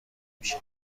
میشه